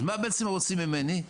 אז מה בעצם רוצים ממני?